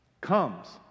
comes